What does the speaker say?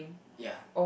ya